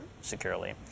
securely